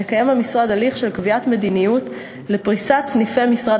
מקיים המשרד הליך של קביעת מדיניות לפריסת סניפי משרד